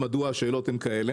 מדוע השאלות הן כאלה